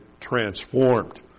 transformed